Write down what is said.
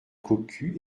cocu